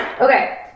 Okay